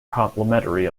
complimentary